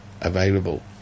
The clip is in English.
available